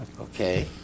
Okay